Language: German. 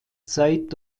zeit